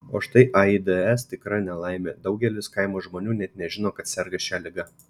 o štai aids tikra nelaimė daugelis kaimo žmonių net nežino kad serga šia liga